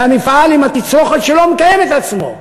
והמפעל עם התצרוכת שלו מקיים את עצמו.